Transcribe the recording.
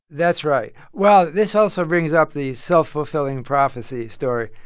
that's right. well, this also brings up the self-fulfilling prophecy story.